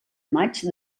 maig